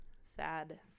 sad